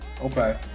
Okay